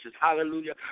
Hallelujah